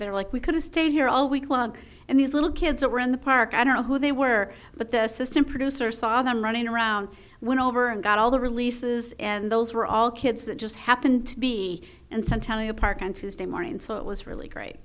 they're like we could've stayed here all week long and these little kids were in the park i don't know who they were but the system producer saw them running around went over and got all the releases and those were all kids that just happened to be and centennial park on tuesday morning so it was really great